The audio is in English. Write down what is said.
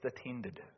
attended